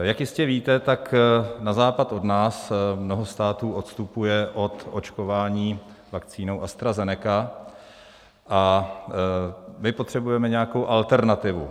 Jak jistě víte, tak na západ od nás mnoho států odstupuje od očkování vakcínou AstraZeneca a my potřebujeme nějakou alternativu.